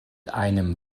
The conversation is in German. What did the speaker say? einem